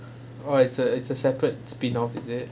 oh it's a it's a separate spin off is it